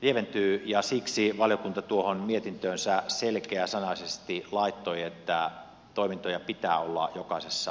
lieventyy ja siksi valiokunta tuohon mietintöönsä selkeäsanaisesti laittoi että toimintoja pitää olla jokaisessa maakunnassa